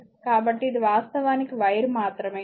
కాబట్టి ఇది వాస్తవానికి వైర్ మాత్రమే